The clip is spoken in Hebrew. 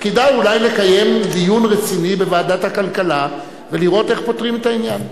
כדאי אולי לקיים דיון רציני בוועדת הכלכלה ולראות איך פותרים את העניין.